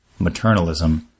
Maternalism